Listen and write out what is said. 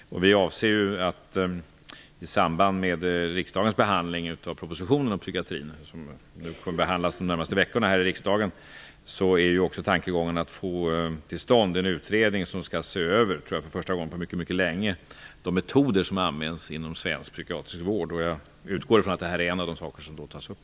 Tankegångarna i samband med riksdagens behandling av den proposition om psykiatrin som under de närmaste veckorna kommer att behandlas här i riksdagen är att få till stånd en utredning som för första gången på mycket länge skall se över de metoder som används inom svensk psykiatrisk vård. Jag utgår från att detta är en av de saker som då tas upp.